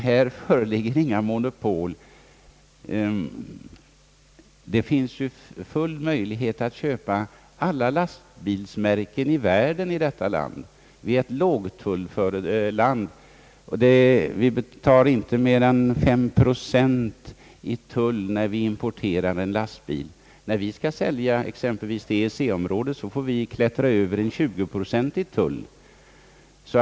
Här föreligger inga monopol. Det finns full frihet att köpa alla lastbilsmärken i världen i detta land. Vi är ett lågtulland. Vi tar inte mer än fem procent i tull när vi importerar en lastbil. När vi skall sälja exempelvis till EEC-området får vi däremot klättra över en tjugoprocentig tull.